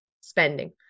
spending